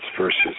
versus